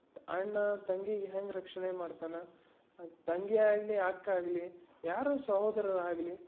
ಅಣ್ಣ ತಂಗಿಗೆ ಹೆಂಗೆ ರಕ್ಷಣೆ ಮಾಡ್ತಾನೆ ತಂಗಿ ಆಗಲಿ ಅಕ್ಕ ಆಗಲಿ ಯಾರೂ ಸಹೋದರರಾಗಲಿ